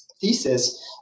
thesis